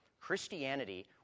Christianity